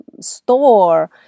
store